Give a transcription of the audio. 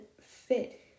fit